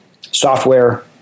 software